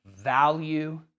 value